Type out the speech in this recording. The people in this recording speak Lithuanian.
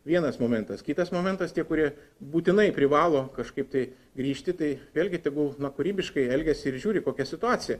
vienas momentas kitas momentas tie kurie būtinai privalo kažkaip tai grįžti tai vėlgi tegul na kūrybiškai elgiasi ir žiūri kokia situacija